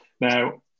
Now